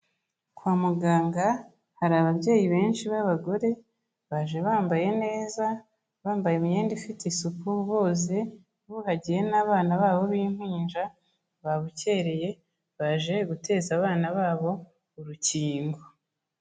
Kwa muganga hari ababyeyi benshi b'abagore, baje bambaye neza, bambaye imyenda ifite isuku, boze, buhagiye n'abana babo b'impinja, babukereye; baje guteza abana babo urukingo.